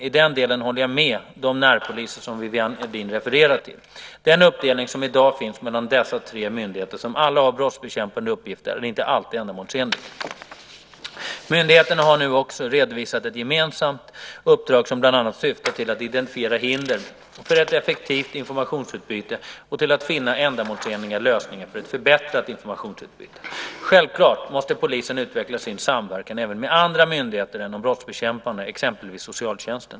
I den delen håller jag med de närpoliser som Viviann Gerdin refererar till. Den uppdelning som i dag finns mellan dessa tre myndigheter, som alla har brottsbekämpande uppgifter, är inte alltid ändamålsenlig. Myndigheterna har nu också redovisat ett gemensamt uppdrag som bland annat syftat till att identifiera hinder för ett effektivt informationsutbyte och till att finna ändamålsenliga lösningar för ett förbättrat informationsutbyte. Självklart måste polisen utveckla sin samverkan även med andra myndigheter än de brottsbekämpande, exempelvis socialtjänsten.